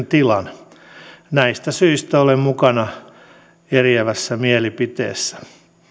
tilan näistä syistä olen mukana eriävässä mielipiteessä